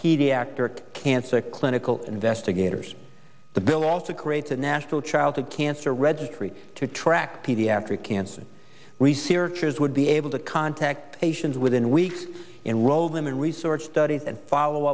pediatric cancer clinical investigators the bill also creates a national childhood cancer registry to track pediatric cancer researchers would be able to contact patients within weeks enroll them in research studies and follow